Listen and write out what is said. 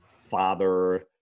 father